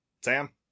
Sam